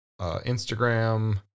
Instagram